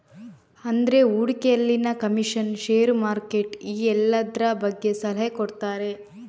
ಅಂದ್ರೆ ಹೂಡಿಕೆಯಲ್ಲಿನ commission, share, market ಈ ಎಲ್ಲದ್ರ ಬಗ್ಗೆ ಸಲಹೆ ಕೊಡ್ತಾರೆ